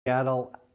Seattle